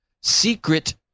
secret